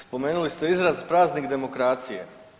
Spomenuli ste izraz praznik demokracije.